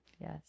Yes